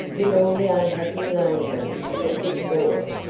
with all the unhappy loneliness of a sick boy,